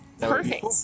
Perfect